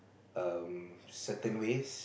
um certain ways